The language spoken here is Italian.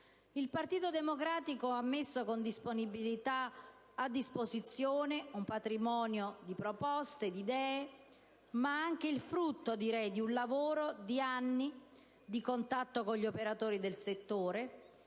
Il Partito Democratico ha messo con disponibilità a disposizione un patrimonio di proposte e di idee, ma anche il frutto di un lavoro di anni, di contatto con gli operatori del settore